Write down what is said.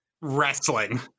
wrestling